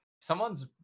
someone's